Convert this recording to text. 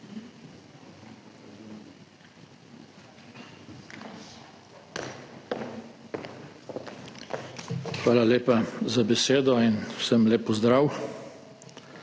Hvala lepa za besedo in vsem lep pozdrav!